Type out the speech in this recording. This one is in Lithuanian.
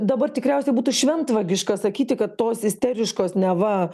dabar tikriausiai būtų šventvagiška sakyti kad tos isteriškos neva